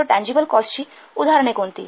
तर टँजिबल कॉस्टची उदाहरणे कोणती